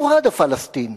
"שו האד'א" פלסטין?